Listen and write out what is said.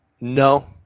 No